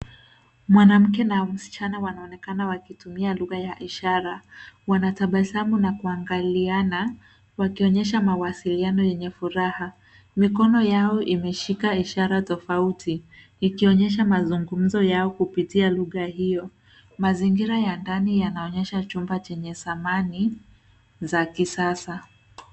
Mwanamke na msichana wanaonekana wakitumia lugha ya ishara. Wanatabasamu na kuangaliana wakionyesha mawasiliano yenye furaha. Mikono yao imeshika ishara tofauti ikionyesha mazungumzo yao kupitia lugha hio. Mazingira ya ndani yanaonyesha chumba chenye samani za kisasa.